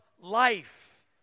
life